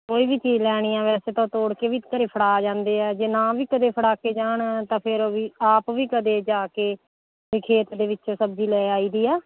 ਕੋਈ ਵੀ ਚੀਜ਼ ਲੈਣੀ ਆ ਵੈਸੇ ਤਾਂ ਤੋੜ ਕੇ ਵੀ ਘਰ ਫੜਾ ਜਾਂਦੇ ਆ ਜੇ ਨਾ ਵੀ ਕਦੇ ਫੜਾ ਕੇ ਜਾਣ ਤਾਂ ਫਿਰ ਵੀ ਆਪ ਵੀ ਕਦੇ ਜਾ ਕੇ ਖੇਤ ਦੇ ਵਿੱਚ ਸਬਜ਼ੀ ਲੈ ਆਈ ਦੀ ਆ